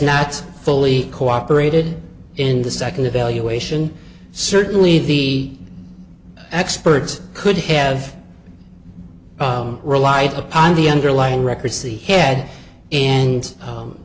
not fully cooperated in the second evaluation certainly the experts could have relied upon the underlying records the head and